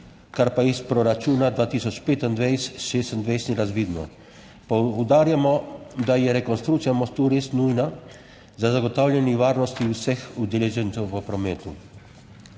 kar pa iz proračuna 2025/2026 ni razvidno. Poudarjamo, da je rekonstrukcija mostu res nujna za zagotavljanje varnosti vseh udeležencev v prometu.